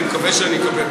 אני מקווה שאני אקבל.